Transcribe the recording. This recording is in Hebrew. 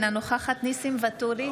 אינה נוכחת ניסים ואטורי,